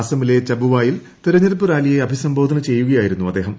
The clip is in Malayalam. അസമിലെ ചബുവായിൽ തെരഞ്ഞെടുപ്പ് റാലിയെ അഭിസംബോധന ചെയ്യുകയായിരുന്നു അദ്ദേഹം